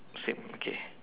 same okay